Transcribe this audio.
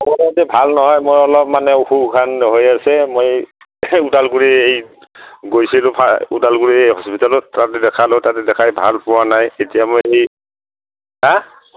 কতে ভাল নহয় মই অলপ মানে অসুখখান হৈ আছে মই উদালগুৰি এই গৈছিলো ওদালগুৰি হস্পিটালত তাতে দেখালোঁ তাতে দেখাই ভাল পোৱা নাই এতিয়া মই এই হা